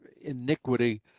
iniquity